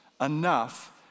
enough